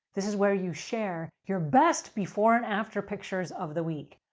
this is where you share your best before and after pictures of the week.